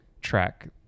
track